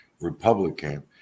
Republican